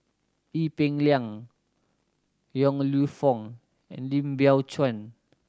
Ee Peng Liang Yong Lew Foong and Lim Biow Chuan